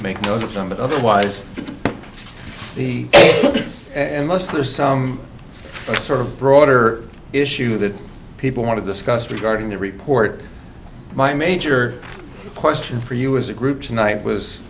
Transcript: make most of them but otherwise the and most are some sort of broader issue that people want to discuss regarding the report my major question for you as a group tonight was